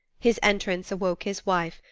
his entrance awoke his wife,